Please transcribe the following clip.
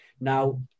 now